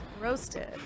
Roasted